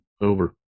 over